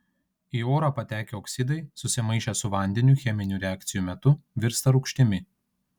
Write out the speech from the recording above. į orą patekę oksidai susimaišę su vandeniu cheminių reakcijų metu virsta rūgštimi